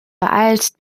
beeilst